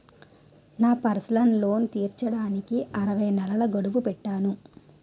నా personal loan తీర్చడానికి అరవై నెలల గడువు పెట్టాను